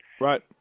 Right